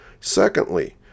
Secondly